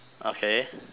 okay